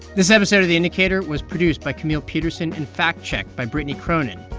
this episode of the indicator was produced by camille peterson and fact-checked by brittany cronin.